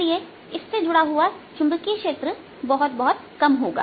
इसलिए इससे जुड़ा हुआ चुंबकीय क्षेत्र बहुत बहुत कम होगा